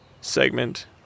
segment